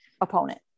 opponent